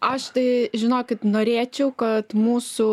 aš tai žinokit norėčiau kad mūsų